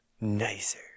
Nicer